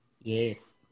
Yes